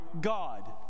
God